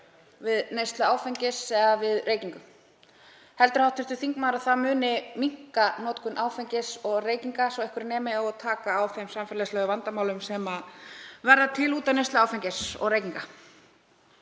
við neyslu áfengis eða við reykingum? Heldur hv. þingmaður að það muni minnka notkun áfengis og reykinga svo einhverju nemi og taka á þeim samfélagslegum vandamálum sem verða til út af neyslu áfengis og tóbaks?